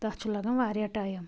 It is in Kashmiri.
تَتھ چھُ لَگان واریاہ ٹایم